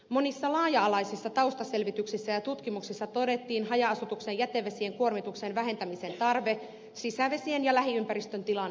monissa laaja alaisissa taustaselvityksissä ja tutkimuksissa todettiin haja asutuksen jätevesien kuormituksen vähentämisen tarve sisävesien ja lähiympäristön tilan parantamiseksi